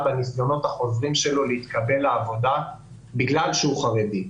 בניסיונות הרבים שלו להתקבל לעבודה אך ורק בגלל שהוא חרדי.